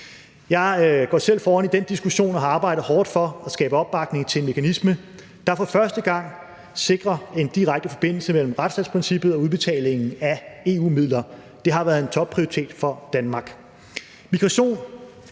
Jeg går selv foran i den diskussion og har arbejdet hårdt for at skabe opbakning til en mekanisme, der for første gang sikrer en direkte forbindelse mellem retsstatsprincippet og udbetaling af EU-midler. Det har været en topprioritet for Danmark.